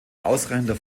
ausreichender